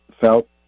felt